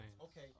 Okay